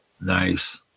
Nice